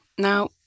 Now